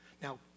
Now